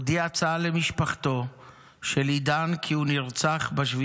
הודיע צה"ל למשפחתו של עידן כי הוא נרצח ב-7